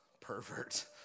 pervert